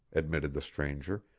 admitted the stranger,